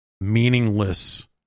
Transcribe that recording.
meaningless